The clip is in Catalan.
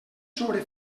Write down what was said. sobre